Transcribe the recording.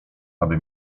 aby